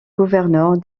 gouverneur